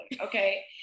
okay